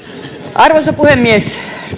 arvoisa puhemies